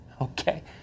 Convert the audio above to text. Okay